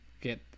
get